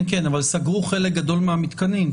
כן, אבל סגרו חלק גדול מהמתקנים.